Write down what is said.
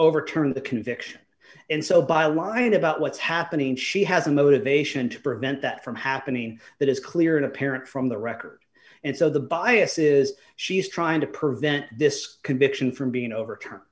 overturn the conviction and so by lying about what's happening she has a motivation to prevent that from happening that is clear and apparent from the record and so the bias is she's trying to prevent this conviction from being overturned